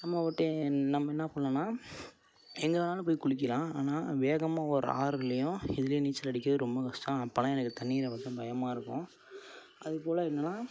நம்ம உட்டே நம்ம என்ன பண்ணுன்னால் எங்கே வேணாலும் போயி குளிக்கலாம் ஆனால் வேகமாக ஓடுகிற ஆறுலேயும் இதிலியும் நீச்சல் அடிக்க ரொம்ப கஷ்டம் அப்போலாம் எனக்கு தண்ணீரை பார்த்தா பயமாக இருக்கும் அதுப்போல் என்னன்னால்